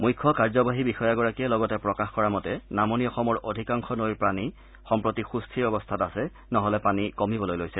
মুখ্য কাৰ্যবাহী বিষয়াগৰাকীয়ে লগতে প্ৰকাশ কৰা মতে নামনি অসমৰ অধিকাংশ নৈৰ পানী সম্প্ৰতি সুস্থিৰ অৱস্থাত আছে নহ'লে পানী কমিবলৈ লৈছে